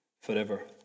forever